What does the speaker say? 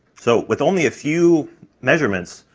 so with only a few measurements,